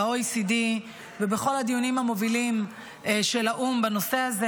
ב-OECD ובכל הדיונים המובילים של האו"ם בנושא הזה.